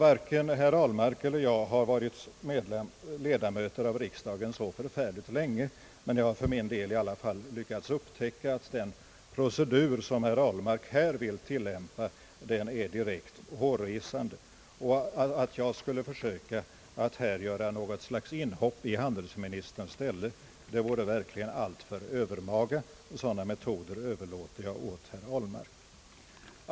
Varken herr Ahlmark eller jag har varit ledamöter i riksdagen särskilt länge, men jag har för min del ändå lyckats upptäcka att den procedur herr Ahlmark i detta fall vill tillämpa är direkt hårresande. Att jag skulle försöka att i denna debatt göra något slags inhopp i handelsministerns ställe vore verkligen alltför övermaga. Sådana metoder överlåter jag åt herr Ahlmark.